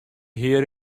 hear